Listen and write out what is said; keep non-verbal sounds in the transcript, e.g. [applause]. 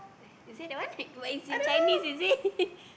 is that that one [laughs] but it's in Chinese is it [laughs]